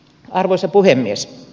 arvoisa puhemies